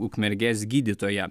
ukmergės gydytoja